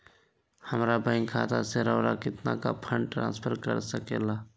हमरा बैंक खाता से रहुआ कितना का फंड ट्रांसफर कर सके ला?